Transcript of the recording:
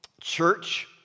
church